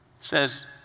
says